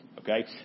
Okay